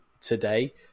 today